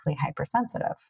hypersensitive